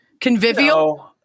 convivial